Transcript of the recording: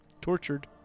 tortured